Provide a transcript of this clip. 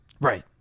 Right